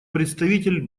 представитель